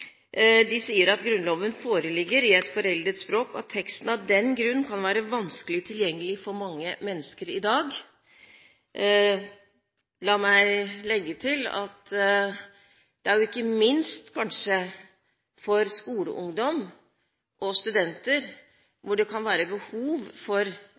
De sier at Grunnloven foreligger i et foreldet språk, og at teksten av den grunn kan være vanskelig tilgjengelig for mange mennesker i dag. La meg legge til: Ikke minst for skoleungdom og studenter kan det være behov for